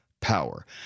power